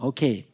Okay